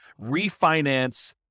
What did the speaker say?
refinance